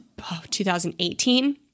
2018